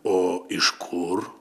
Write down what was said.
o iš kur